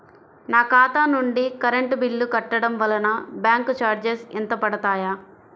నా ఖాతా నుండి కరెంట్ బిల్ కట్టడం వలన బ్యాంకు చార్జెస్ ఎంత పడతాయా?